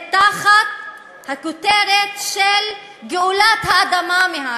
תחת הכותרת של "גאולת האדמה מהערבים",